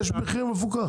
יש מחיר מפוקח.